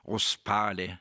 o spali